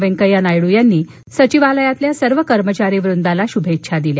वेंकय्या नायडू यांनी सचिवालयातील सर्व कर्मचारी वृंदाला शुभेच्छा दिल्या